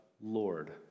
Lord